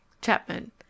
Chapman